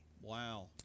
wow